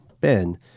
Ben